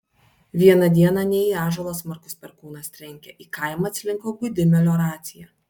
vieną dieną ne į ąžuolą smarkus perkūnas trenkė į kaimą atslinko gūdi melioracija